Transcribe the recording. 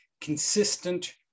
consistent